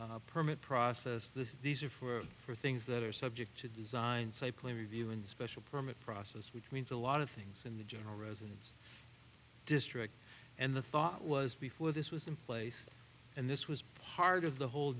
special permit process this these are for for things that are subject to design so i play reviewing the special permit process which means a lot of things in the general residence district and the thought was before this was in place and this was part of the whole